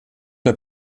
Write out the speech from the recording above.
der